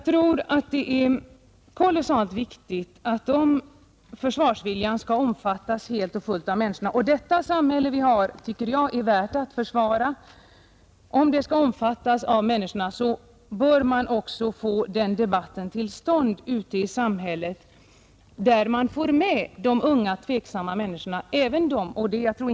För att försvarsviljan skall omfattas helt och fullt av människorna — och det samhälle vi har tycker jag är värt att försvara — är det viktigt att man också får till stånd en debatt ute i samhället, där de unga tveksamma människorna deltar.